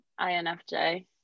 INFJ